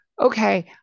okay